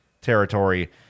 territory